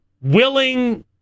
willing